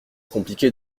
compliqué